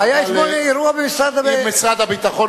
אם משרד הביטחון,